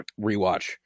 rewatch